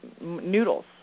noodles